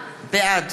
בעד